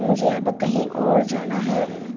مجھے اب کہیں اور جانا ہے